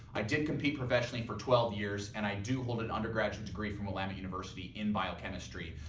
i did compete professionally for twelve years and i do hold an undergraduate degree from willamette university in biochemistry.